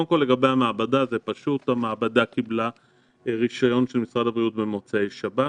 לגבי המעבדה המעבדה קיבלה רישיון של משרד הבריאות במוצאי שבת.